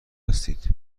هستید